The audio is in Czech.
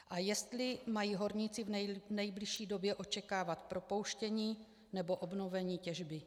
A jestli mají horníci v nejbližší době očekávat propouštění nebo obnovení těžby.